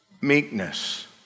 meekness